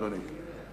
אדוני.